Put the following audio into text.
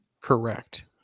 Correct